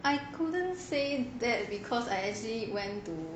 I couldn't say that because I actually went to